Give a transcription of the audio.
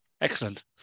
Excellent